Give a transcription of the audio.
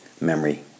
memory